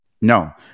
No